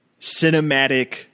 cinematic